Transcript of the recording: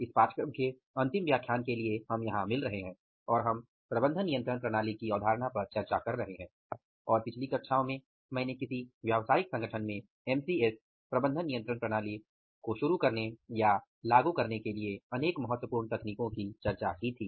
इस पाठ्यक्रम के अंतिम व्याख्यान के लिए हम यहाँ मिल रहे हैं और हम प्रबंधन नियंत्रण प्रणाली की अवधारणा पर चर्चा कर रहे हैं और पिछली कक्षाओं में मैंने किसी व्यावसायिक संगठन में एमसीएस प्रबंधन नियंत्रण प्रणाली को शुरू करने या लागू करने के लिए अनेक महत्वपूर्ण तकनीकों की चर्चा की थी